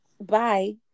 bye